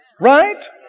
Right